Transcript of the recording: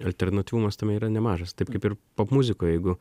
alternatyvumas tame yra nemažas taip kaip ir popmuzikoj jeigu